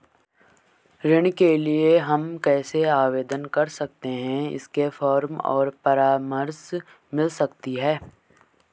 ऋण के लिए हम कैसे आवेदन कर सकते हैं इसके फॉर्म और परामर्श मिल सकती है?